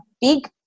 big